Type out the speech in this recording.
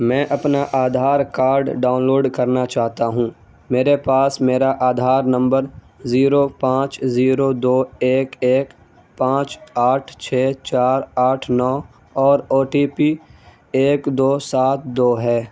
میں اپنا Aadhaar card download کرنا چاہتا ہوں میرے پاس میرا آدھار نمبر زیرو پانچ زیرو دو ایک ایک پانچ آٹھ چھ چار آٹھ نو اور او ٹی پی ایک دو سات دو ہے